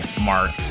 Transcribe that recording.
Mark